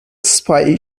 spy